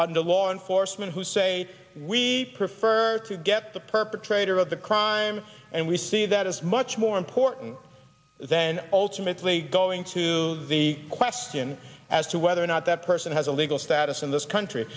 to law enforcement who say we prefer to get the perpetrator of the crime and we see that is much more important then ultimately going to the question as to whether or not that person has a legal status in this country